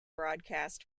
broadcast